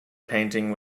painting